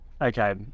Okay